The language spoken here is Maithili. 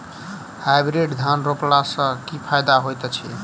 हाइब्रिड धान रोपला सँ की फायदा होइत अछि?